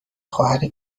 خواهر